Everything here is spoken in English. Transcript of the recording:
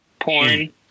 Porn